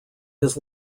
his